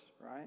right